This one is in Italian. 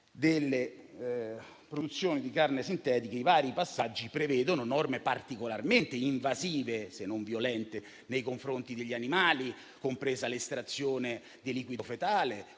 delle produzioni di carne sintetica i vari passaggi prevedono pratiche particolarmente invasive, se non violente, nei confronti degli animali, comprese l'estrazione di liquido fetale